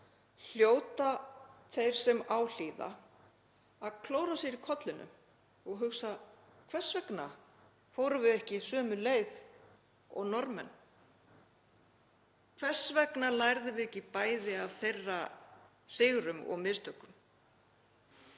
hljóta þeir sem á hlýða að klóra sér í kollinum og hugsa: Hvers vegna fórum við ekki sömu leið og Norðmenn? Hvers vegna lærðum við ekki bæði af þeirra sigrum og mistökum?